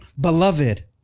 Beloved